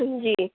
جی